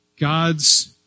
God's